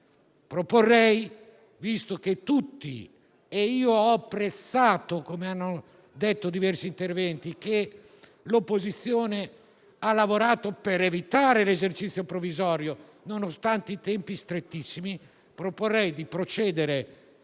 trasparenti. Poiché io ho apprezzato, come detto anche in diversi interventi, che l'opposizione ha lavorato per evitare l'esercizio provvisorio, nonostante i tempi strettissimi, proporrei di procedere,